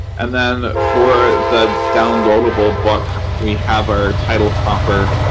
and then for the downloadable book, we have our title proper,